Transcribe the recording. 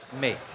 make